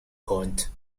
point